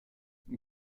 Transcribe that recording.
wie